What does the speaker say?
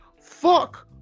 Fuck